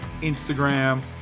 Instagram